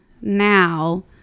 now